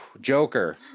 joker